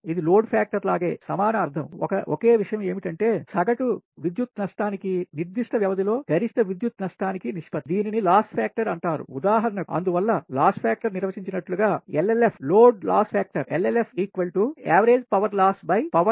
ఇది load factor లాగే సమాన అర్థం ఒకే విషయం ఏమిటంటే సగటు విద్యుత్ నష్టానికి నిర్దిష్ట వ్యవధి లో గరిష్ట విద్యుత్ నష్టానికి నిష్పత్తి దీనిని లాస్ ఫ్యాక్టర్ అంటారు ఉదాహరణకు అందువల్ల లాస్ ఫ్యాక్టర్ నిర్వచించినట్లుగా LLF లోడ్ లాస్ ఫ్యాక్టర్